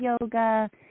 yoga